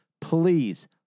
Please